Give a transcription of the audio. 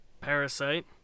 Parasite